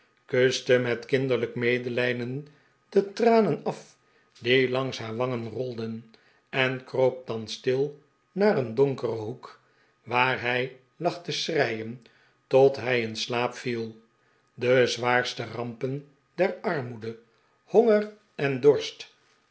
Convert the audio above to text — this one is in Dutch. kuste met kinderlijk medelijden de tranen af die lahgs haar wangen rolden en'kroop dan stil haar een donkeren hoek waar hij lag te schreien tot hij in slaap viel de zwaarste rampen der armoede honger en dorst